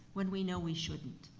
when we know we shouldn't.